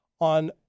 on